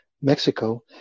Mexico